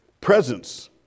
presence